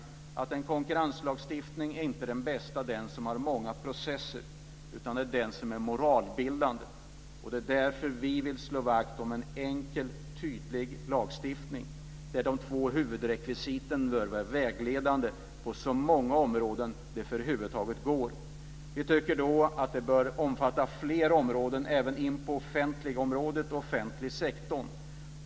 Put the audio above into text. Den konkurrenslagstiftning som leder till många processer är inte den bästa, utan det är den som är moralbildande. Det är därför som vi vill slå vakt om en enkel och tydlig lagstiftning. De två huvudrekvisiten bör vara vägledande på så många områden det huvud taget går. De bör omfatta fler områden. Det gäller även den offentliga sektorn.